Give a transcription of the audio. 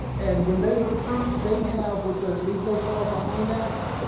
and when they recruit, they have, with the leave no child behind act,